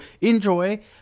enjoy